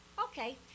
Okay